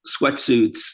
sweatsuits